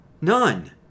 None